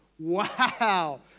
Wow